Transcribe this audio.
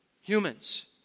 Humans